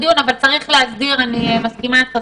צריך להסדיר גם את זה, אני מסכימה איתך.